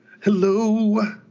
Hello